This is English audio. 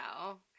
No